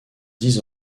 dix